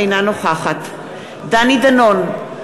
אינה נוכחת דני דנון,